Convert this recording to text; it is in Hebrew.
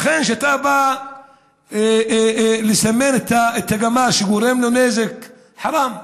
לכן, כשאתה בא לסמן את הגמל שגורם לנזק, חראם.